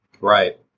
Right